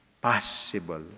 possible